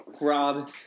Rob